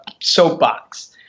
soapbox